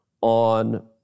on